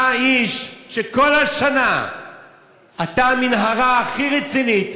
אתה איש שכל השנה אתה המנהרה הכי רצינית